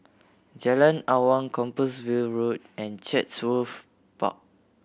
Jalan Awang Compassvale Road and Chatsworth Park